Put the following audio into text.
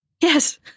yes